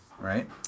right